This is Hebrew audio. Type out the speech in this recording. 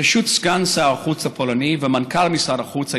בראשות סגן שר החוץ הפולני ומנכ"ל משרד החוץ הישראלי,